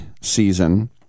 season